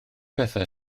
bethau